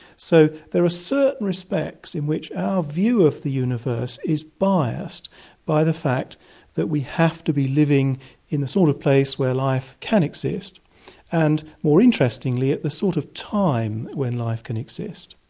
so there are certain respects in which our view of the universe is biased by the fact that we have to be living in the sort of place where life can exist and, more interestingly, at the sort of time when life can exist.